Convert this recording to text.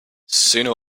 sooner